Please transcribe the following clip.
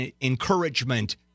encouragement